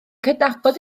cydnabod